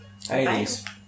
80s